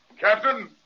Captain